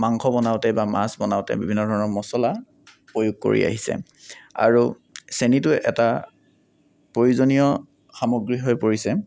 মাংস বনাওতে বা মাছ বনাওতে বিভিন্ন ধৰণৰ মছলা প্ৰয়োগ কৰি আহিছে আৰু চেনিটো এটা প্ৰয়োজনীয় সামগ্ৰী হৈ পৰিছে